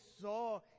saw